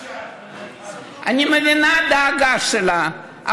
אני מבינה את הדאגה שלה.